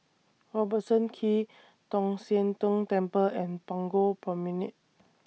Robertson Quay Tong Sian Tng Temple and Punggol Promenade